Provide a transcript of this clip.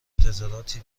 انتظاراتی